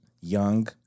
young